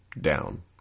down